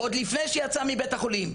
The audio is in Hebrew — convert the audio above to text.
עוד לפני שהיא יצאה מבית החולים,